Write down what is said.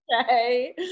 okay